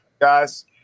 Guys